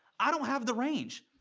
i don't have the range!